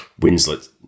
Winslet